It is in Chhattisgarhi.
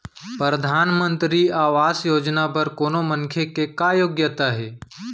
परधानमंतरी आवास योजना बर कोनो मनखे के का योग्यता हे?